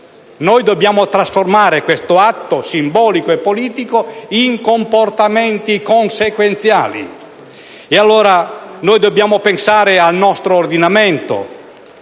dobbiamo trasformare questo atto simbolico e politico in comportamenti consequenziali. Dobbiamo pertanto pensare al nostro ordinamento;